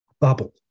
bubble